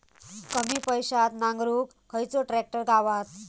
कमी पैशात नांगरुक खयचो ट्रॅक्टर गावात?